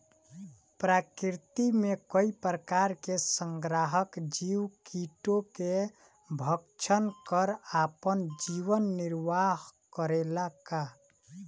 प्रकृति मे कई प्रकार के संहारक जीव कीटो के भक्षन कर आपन जीवन निरवाह करेला का?